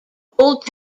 old